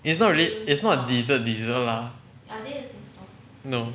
it's not really it's not dessert dessert lah no